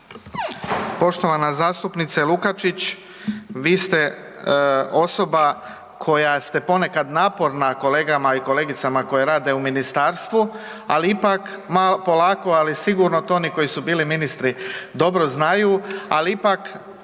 Poštovana zastupnice Lukačić, vi ste osoba koja ste ponekad naporna kolegama i kolegicama koje rade u ministarstvu, ali ipak polako, ali sigurno to oni koji su bili ministri dobro znaju, al ipak